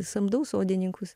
samdau sodininkus